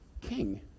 king